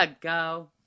go